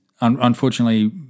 Unfortunately